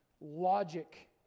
logic